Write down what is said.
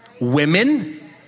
women